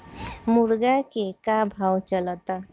मुर्गा के का भाव चलता?